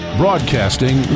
broadcasting